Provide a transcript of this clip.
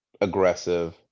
aggressive